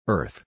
Earth